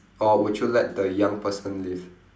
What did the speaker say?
or would you let the young person live